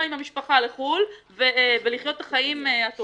עם המשפח לחו"ל ולחיות את החיים הטובים,